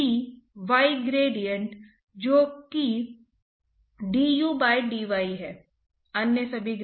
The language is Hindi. इसलिए याद रखें कि जब भी आप बैलेंस लिखते हैं तो आपको उस समस्या में होने वाली व्यक्तिगत प्रक्रियाओं की पहचान करनी चाहिए